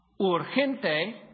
Urgente